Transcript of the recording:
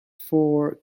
for